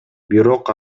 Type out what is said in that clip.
бирок